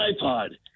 iPod